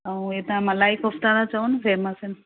ऐं हितां मलाई कोफ्ता था चवनि फेमस आहिनि